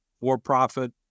for-profit